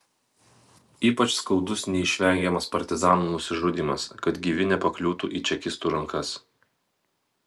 ypač skaudus neišvengiamas partizanų nusižudymas kad gyvi nepakliūtų į čekistų rankas